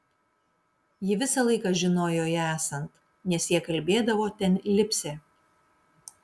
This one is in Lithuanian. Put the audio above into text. ji visą laiką žinojo ją esant nes jie kalbėdavo ten lipsią